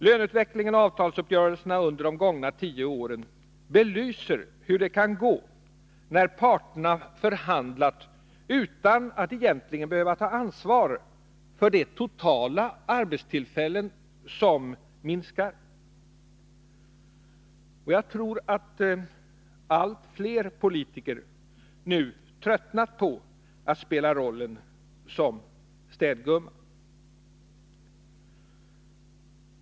Löneutvecklingen och avtalsuppgörelserna under de gångna tio åren belyser hur det kan gå, när parterna förhandlat utan att egentligen behöva ta ansvar för att det totala antalet arbetstillfällen minskar. Jag tror att allt fler politiker nu tröttnat på att spela rollen som ”städgumma”.